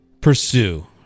pursue